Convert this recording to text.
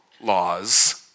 laws